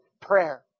prayer